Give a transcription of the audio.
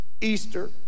Easter